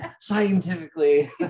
Scientifically